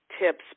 tips